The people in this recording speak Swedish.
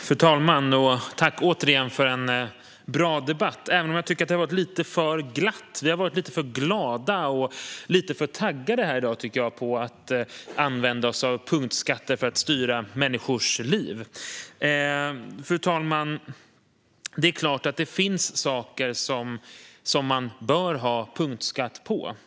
Fru talman! Jag vill tacka för en bra debatt, även om jag tycker att det har varit lite för glatt. Vi har varit lite för glada och lite för taggade på att använda oss av punktskatter för att styra människors liv. Det är klart att det finns saker som man bör ha punktskatt på, fru talman.